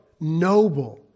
noble